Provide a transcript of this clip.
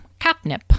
capnip